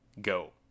go